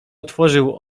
otworzył